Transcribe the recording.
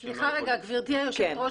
גברתי היושבת ראש,